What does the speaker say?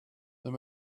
this